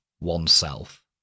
oneself